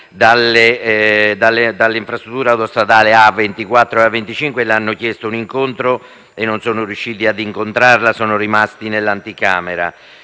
dalla infrastruttura autostradale A24 e A25 le hanno chiesto un incontro e non sono riusciti a incontrarla, sono rimasti nell'anticamera.